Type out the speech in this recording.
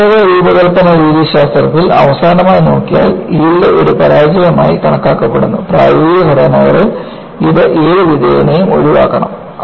പരമ്പരാഗത രൂപകൽപ്പന രീതിശാസ്ത്രത്തിൽ അവസാനമായി നോക്കിയാൽ യീൽഡ് ഒരു പരാജയമായി കണക്കാക്കപ്പെടുന്നു പ്രായോഗിക ഘടനകളിൽ ഇത് ഏതു വിധേനയും ഒഴിവാക്കണം